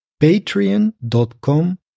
patreon.com